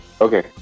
Okay